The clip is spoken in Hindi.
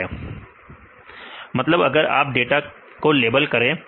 विद्यार्थी समय देखें 2629 पिछला डाटा ज्ञात है मतलब अगर आप डाटा कोलेबल करें